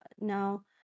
now